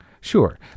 Sure